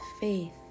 faith